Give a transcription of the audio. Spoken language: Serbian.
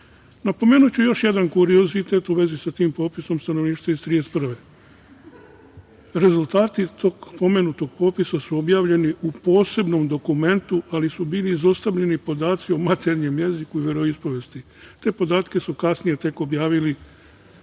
Roma. Napomenuću još jedan kuriozitet u vezi sa tim popisom stanovništva iz 1931. godine. Rezultati tog pomenutog popisa su objavljeni u posebnom dokumentu, ali su bili izostavljeni podaci o maternjem jeziku i veroispovesti. Te podatke su kasnije tek objavili